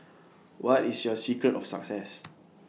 what is your secret of success